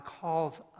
calls